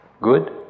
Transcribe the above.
good